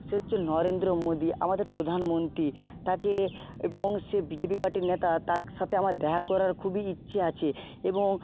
সে হচ্ছে নরেন্দ্র মোদি আমাদের প্রধানমন্ত্রী তাকে এবং সে বিজেপি পার্টির নেতা তার সাথে আমার দেখা করার খুবই ইচ্ছে আছে এবং